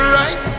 right